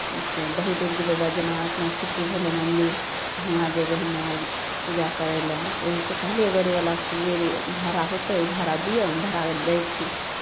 से बहुत दूर जयबै वैद्यनाथ समस्तीपुर भेलै मन्दिर हुआँ जयबै हमेआर पूजा करय लए ओहिसँ कहलियै गाड़ीवलाके जे भाड़ा होतै ओ भाड़ा दियौ हम भाड़ा दै छी